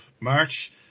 March